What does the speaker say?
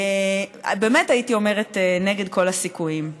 הייתי אומרת, באמת נגד כל הסיכויים.